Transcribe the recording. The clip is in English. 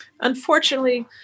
Unfortunately